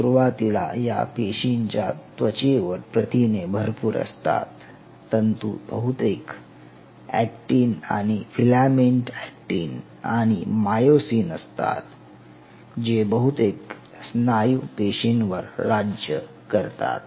सुरवातीला या पेशींच्या त्वचेवर प्रथिने भरपूर असतात तंतू बहुतेक अॅक्टिन आणि फिलामेंट अॅक्टिन आणि मायोसिन असतात जे बहुतेक स्नायू पेशींवर राज्य करतात